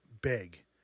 big